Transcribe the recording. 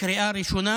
קריאה ראשונה.